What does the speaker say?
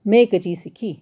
में इक चीज सिक्खी